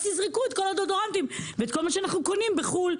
תזרקו את כל הדיאודורנטים ואת כל מה שאנחנו קונים בחו"ל.